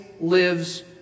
lives